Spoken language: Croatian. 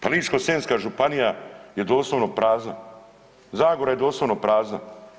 Pa Ličko-senjska županija je doslovno prazna, Zagora je doslovno prazna.